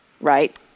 right